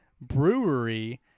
brewery